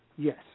Yes